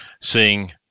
seeing